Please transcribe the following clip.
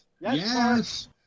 Yes